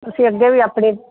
ਤੁਸੀਂ ਅੱਗੇ ਵੀ ਆਪਣੇ